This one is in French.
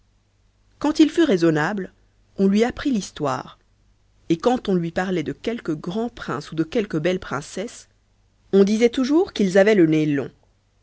quand il fut raisonnable on lui apprit l'histoire et quand on lui parlait de quelque grand prince ou de quelque belle princesse on disait toujours qu'ils avaient le nez long